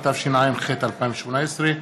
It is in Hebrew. התשע"ח 2018,